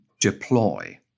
deploy